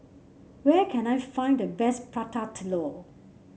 where can I find the best Prata Telur